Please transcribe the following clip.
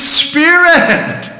spirit